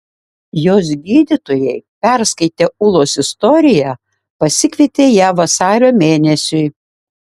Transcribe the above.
jos gydytojai perskaitę ūlos istoriją pasikvietė ją vasario mėnesiui